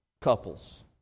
couples